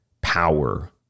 power